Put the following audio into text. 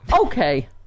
Okay